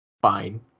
fine